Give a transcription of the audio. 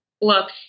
look